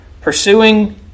pursuing